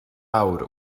awr